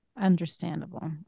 Understandable